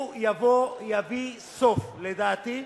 הוא יביא סוף, לדעתי,